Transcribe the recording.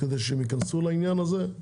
כדי שהם ייכנסו לעניין הזה.